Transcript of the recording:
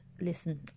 listen